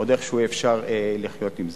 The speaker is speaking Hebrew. עוד איכשהו אפשר לחיות עם זה.